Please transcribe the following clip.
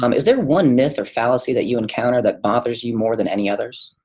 um is there one myth or fallacy that you encounter that bothers you more than any others?